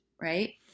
right